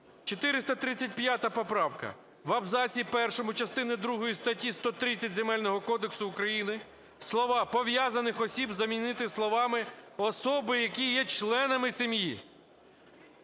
435 поправка: в абзаці першому частини 2 статті 130 Земельного кодексу України слова "пов'язаних осіб" замінити словами "особи, які є членами сім'ї".